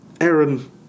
Aaron